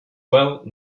well